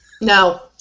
No